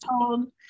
told